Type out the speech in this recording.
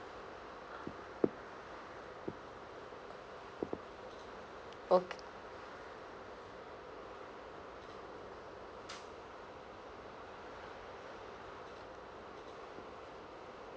ok